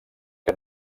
que